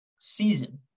season